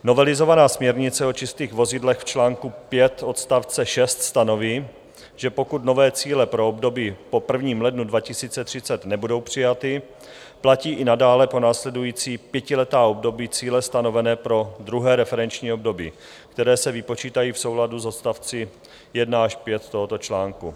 Novelizovaná směrnice o čistých vozidlech v čl. 5 odst. 6 stanoví, že pokud nové cíle pro období po 1. lednu 2030 nebudou přijaty, platí i nadále po následující pětiletá období cíle stanovené pro druhé referenční období, které se vypočítají v souladu s odst. 1 až 5 tohoto článku.